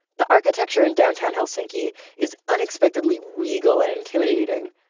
the architecture in downtown helsinki is unexpectedly regal and intimidating.